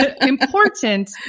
Important